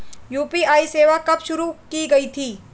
UPI सेवा कब शुरू की गई थी?